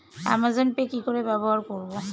Amazon Pay কি করে ব্যবহার করব?